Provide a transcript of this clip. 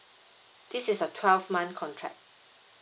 this is a twelve month contract